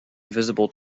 visible